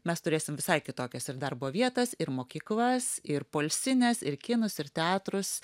mes turėsim visai kitokias ir darbo vietas ir mokyklas ir poilsines ir kinus ir teatrus